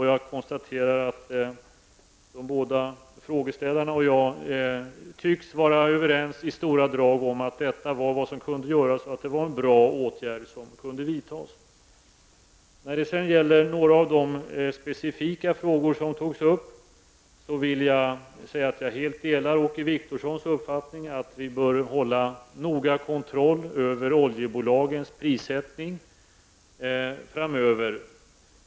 Jag konstaterar att de båda frågeställarna och jag tycks vara i stora drag överens om att dessa åtgärder var bra och var vad som kunde göras. Vad gäller några av de specifika frågor som togs upp vill jag säga att jag helt delar Åke Wictorssons uppfattning att vi bör hålla noggrann kontroll över oljebolagens prissättning framöver.